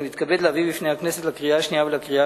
אני מתכבד להביא בפני הכנסת לקריאה השנייה ולקריאה